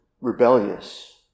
rebellious